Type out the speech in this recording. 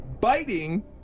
Biting